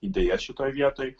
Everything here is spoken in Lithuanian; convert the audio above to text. idėją šitoj vietoj